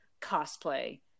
cosplay